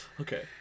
Okay